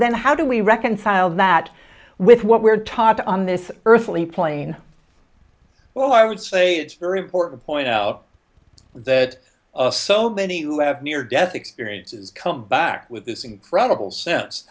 then how do we reconcile that with what we're taught on this earthly plane well i would say it's very important point out that a so many who have near death experiences come back with this incredible sense